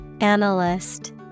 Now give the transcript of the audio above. Analyst